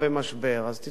אז תיתנו הודעה מראש.